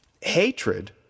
Hatred